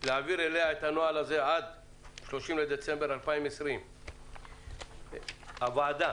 להעביר אליה את הנוהל הזה עד 30 בדצמבר 2020. הוועדה